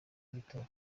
rw’itora